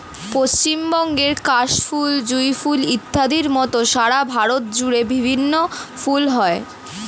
পশ্চিমবঙ্গের কাশ ফুল, জুঁই ফুল ইত্যাদির মত সারা ভারত জুড়ে বিভিন্ন ফুল হয়